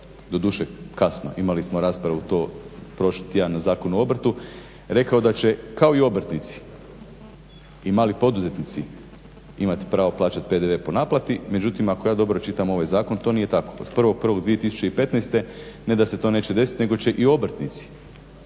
doduše kasno, imali smo raspravu tu prošli tjedan za Zakon o obrtu, rekao da će kao i obrtnici i mali poduzetnici imati pravo plaćati PDV po naplati, međutim ako ja dobro čitam ovaj zakon to nije tako. Od 1.01.2015. ne da se to neće desiti nego će i obrtnici